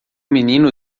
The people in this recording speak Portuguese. menino